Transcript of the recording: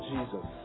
Jesus